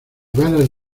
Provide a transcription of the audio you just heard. balas